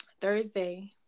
Thursday